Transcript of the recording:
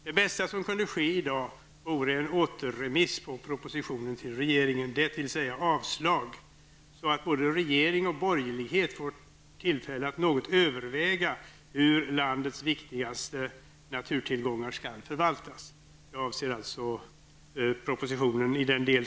Det bästa som kunde ske i dag vore en återremiss av propositionen till regeringen, dvs. avslag på propositionen i den del som avser domänverket, så att både regering och borgerlighet får tillfälle att något överväga hur landets viktigaste naturtillgångar skall förvaltas.